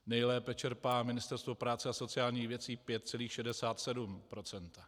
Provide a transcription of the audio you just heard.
Nejlépe čerpá Ministerstvo práce a sociálních věcí 5,67 procenta.